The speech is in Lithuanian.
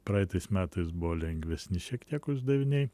praeitais metais buvo lengvesni šiek tiek uždaviniai